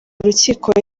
rukiko